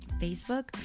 Facebook